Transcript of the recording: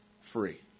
free